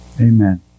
Amen